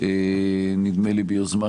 נדמה לי ביוזמת